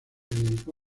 dedicó